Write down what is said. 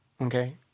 Okay